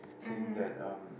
saying that um